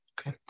Okay